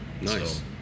Nice